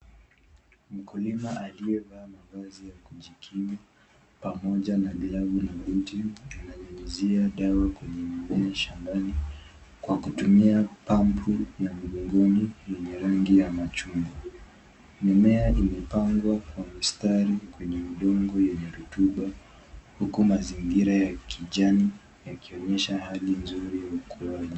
Mkulima aliyevaa mavazi ya kujikinga pamoja na glavu na buti ananyunyizia dawa kwenye mimea ya shambani kwa kutumia pampu ya mgongoni yenye rangi ya machungwa. Mimea imepangwa kwa mistari kwenye udongo yenye rutuba huku mazingira ya kijani yakionyesha hali nzuri ya ukuaji.